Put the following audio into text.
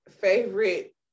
favorite